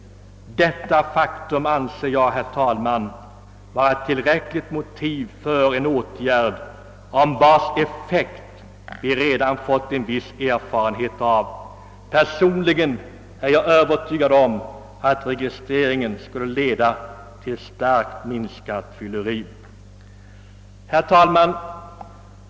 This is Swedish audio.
Detta faktum anser jag, herr talman, vara tillräckligt motiv för en åtgärd, vars effekt vi redan fått viss erfarenhet av. Personligen är jag övertygad om att registreringen skulle leda till starkt minskat fylleri. Herr talman!